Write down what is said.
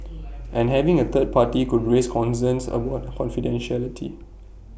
and having A third party could raise concerns about confidentiality